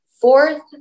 fourth